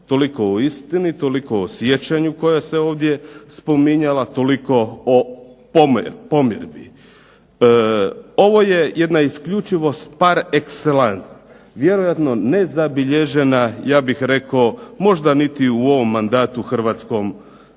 toliko o istini, toliko o sjećanju koje se ovdje spominjala, toliko o pomirbi. Ovo je jedna isključivo par excellance vjerojatno nezabilježena ja bih rekao možda niti u ovom mandatu Hrvatskog sabora.